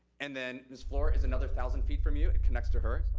and then miss fluor is another thousand feet from you, it connects to her.